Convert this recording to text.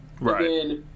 Right